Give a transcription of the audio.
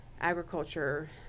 agriculture